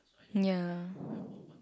ya